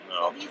No